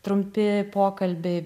trumpi pokalbiai